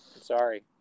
Sorry